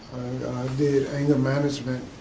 i did anger management,